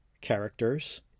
characters